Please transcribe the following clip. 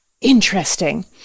interesting